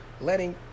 letting